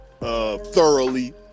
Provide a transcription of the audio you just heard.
thoroughly